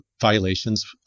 violations